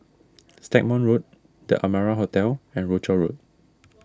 Stagmont Road the Amara Hotel and Rochor Road